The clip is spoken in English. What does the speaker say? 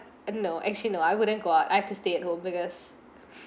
uh no actually no I wouldn't go out I have to stay at home because